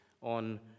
on